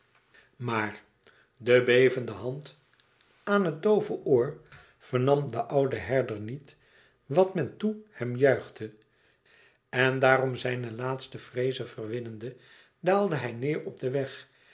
maar de bevende hand aan het doove oor vernam de oude herder niet wat men toe hem juichte en daarom zijne laatste vreeze verwinnende daalde hij neêr op den weg